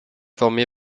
formé